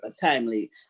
timely